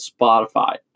Spotify